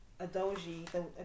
adoji